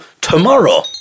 tomorrow